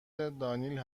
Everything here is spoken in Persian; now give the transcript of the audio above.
دانیل